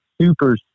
super